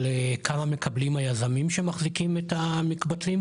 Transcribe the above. על כמה מקבלים היזמים שמחזיקים את המקבצים,